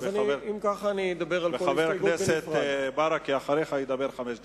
וחבר הכנסת ברכה, אחריך, ידבר חמש דקות.